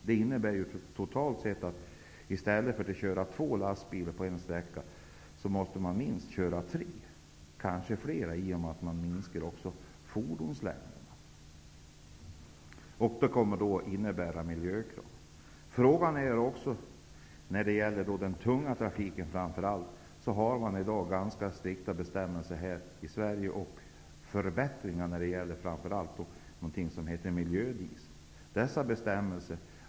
Det innebär ju att man, i stället för att köra två lastbilar på en sträcka, måste köra tre -- kanske fler -- eftersom man även minskar fordonslängden. Det kommer att medföra miljökrav. När det gäller framför allt den tunga trafiken har vi ganska strikta bestämmelser i Sverige som bl.a. innebär förbättringar i fråga om s.k. miljödiesel.